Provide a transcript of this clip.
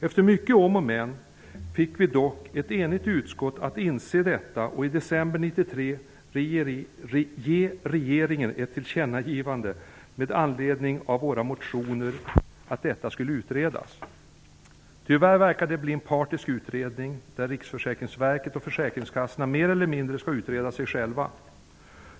Efter mycket om och men fick vi dock ett enigt utskott att inse detta, och i december 1993 gav utskottet regeringen till känna med anledning av de motioner som hade väckts att detta skulle utredas. Tyvärr verkar detta bli en partisk utredning där Riksförsäkringsverket och försäkringskassorna mer eller mindre skall utreda sig själva.